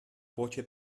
płocie